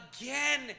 again